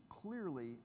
clearly